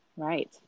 Right